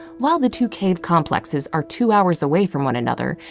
while the two cave complexes are two hours away from one another,